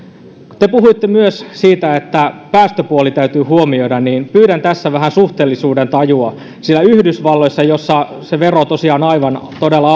te puhuitte myös siitä että päästöpuoli täytyy huomioida ja pyydän tässä vähän suhteellisuudentajua sillä yhdysvalloissa jossa se vero tosiaan on aivan todella